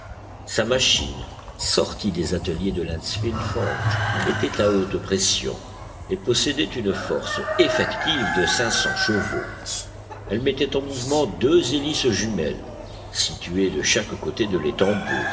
sa machine sortie des ateliers de lancefield forge était à haute pression et possédait une force effective de cinq cents chevaux elle mettait en mouvement deux hélices jumelles situées de chaque côté de